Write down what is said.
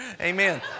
Amen